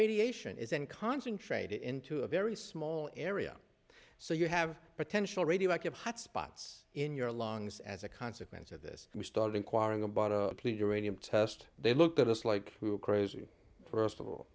radiation isn't concentrated into a very small area so you have potential radioactive hot spots in your lungs as a consequence of this we started inquiring about a plea to radium test they looked at us like we were crazy first of all